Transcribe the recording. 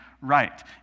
right